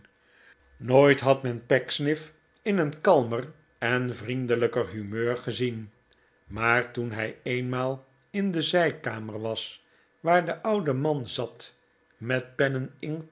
nooit had men pecksniff in een kalmer en vriendelijker humeur gezien maar toen hij eenmaal in de zijkamer was waar de oude man zat met pennen